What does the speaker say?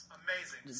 amazing